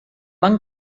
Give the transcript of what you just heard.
van